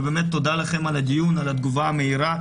ובאמת תודה לכם על הדיון, על התגובה המהירה.